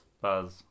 Buzz